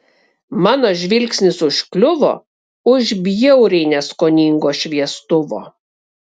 mano žvilgsnis užkliuvo už bjauriai neskoningo šviestuvo